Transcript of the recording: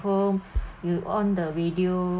home you on the radio